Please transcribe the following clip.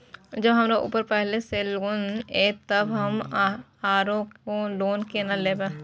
जब हमरा ऊपर पहले से लोन ये तब हम आरो लोन केना लैब?